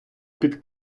під